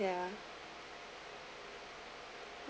ya